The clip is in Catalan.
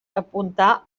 apuntar